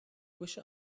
wish